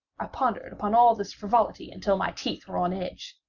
i pondered upon all this frivolity until my teeth were on edge.